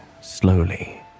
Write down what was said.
slowly